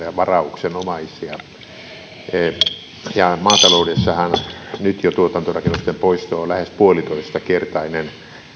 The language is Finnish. ja varauksenomaisia maataloudessahan nyt jo tuotantorakennusten poisto on lähes yksi pilkku viisi kertainen